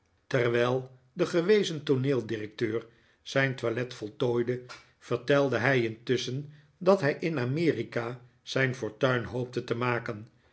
terwijl de gewezen tooneeldirecteur zijn toilet voltooide vertelde hij intusschen dat hij in amerika zijn fortuin hoopte te maken